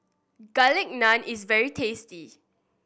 Garlic Naan is very tasty